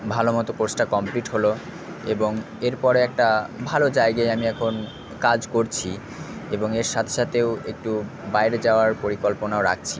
ভালো মতো কোর্সটা কমপ্লিট হলো এবং এর পরে একটা ভালো জায়গায় আমি এখন কাজ করছি এবং এর সাথে সাথেও একটু বাইরে যাওয়ার পরিকল্পনাও রাখছি